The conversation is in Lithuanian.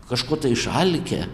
kažko tai išalkę